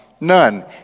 None